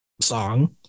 song